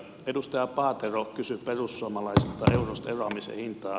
edustaja paatero kysyi perussuomalaisilta eurosta eroamisen hintaa